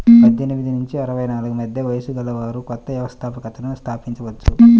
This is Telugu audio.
పద్దెనిమిది నుంచి అరవై నాలుగు మధ్య వయస్సు గలవారు కొత్త వ్యవస్థాపకతను స్థాపించవచ్చు